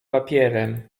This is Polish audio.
papierem